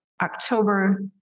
October